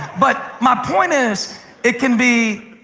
but my point is it can be